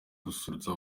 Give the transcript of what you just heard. gususurutsa